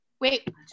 Wait